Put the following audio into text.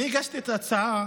אני הגשתי את ההצעה